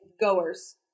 goers